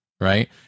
Right